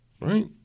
right